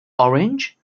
orange